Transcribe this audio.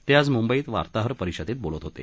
ते आज मुंबईत वार्ताहर परिषदेत बोलत होते